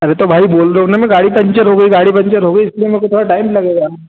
अरे तो भाई बोल रहा हूँ ना में गाड़ी पंचर हो गई गाड़ी पंचर हो गई इसलिए मेरे को थोड़ा टाइम लगेगा